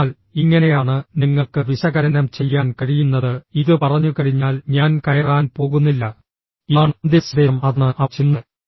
അതിനാൽ ഇങ്ങനെയാണ് നിങ്ങൾക്ക് വിശകലനം ചെയ്യാൻ കഴിയുന്നത് ഇത് പറഞ്ഞുകഴിഞ്ഞാൽ ഞാൻ കയറാൻ പോകുന്നില്ല ഇതാണ് അന്തിമ സന്ദേശം അതാണ് അവർ ചെയ്യുന്നത്